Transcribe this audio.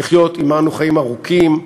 לחיות עמנו חיים ארוכים,